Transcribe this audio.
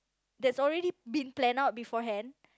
that's already been planned out beforehand